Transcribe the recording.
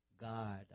God